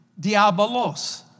diabolos